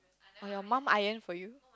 or your mum iron for you